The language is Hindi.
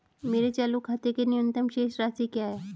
मेरे चालू खाते के लिए न्यूनतम शेष राशि क्या है?